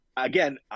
Again